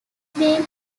been